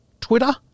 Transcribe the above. Twitter